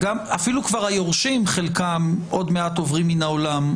אפילו כבר חלק מהיורשים עוד מעט עוברים מן העולם,